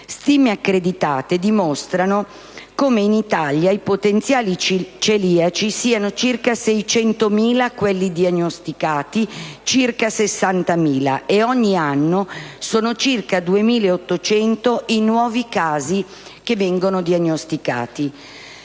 Stime accreditate dimostrano come in Italia i potenziali celiaci siano circa 600.000, quelli diagnosticati circa 60.000 e, ogni anno, sono circa 2.800 i nuovi casi che vengono diagnosticati.